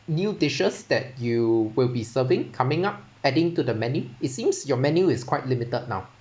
new dishes that you will be serving coming up adding to the menu it seems your menu is quite limited now